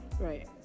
Right